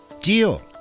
deal